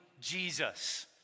Jesus